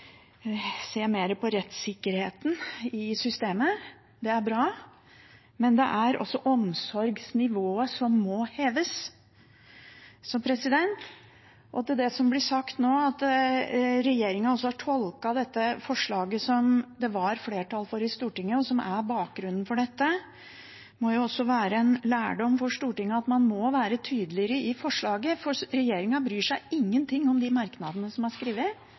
se mer på rettssikkerheten i systemet. Det er bra, men det er også omsorgsnivået som må heves. Til det som blir sagt nå, at regjeringen altså har tolket dette forslaget som det var flertall for i Stortinget, og som er bakgrunnen for dette: Det må jo være en lærdom for Stortinget at man må være tydeligere i forslaget, for regjeringen bryr seg ingenting om de merknadene som er skrevet,